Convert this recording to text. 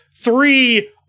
three